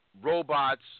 robots